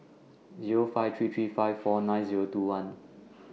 Zero five three three five four nine Zero two one